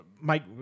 Mike